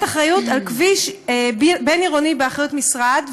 אחריות על כביש בין-עירוני באחריות המשרד,